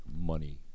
money